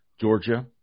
Georgia